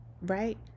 right